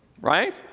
Right